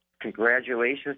congratulations